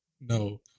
no